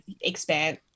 expand